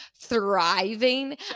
thriving